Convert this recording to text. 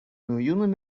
miljoenen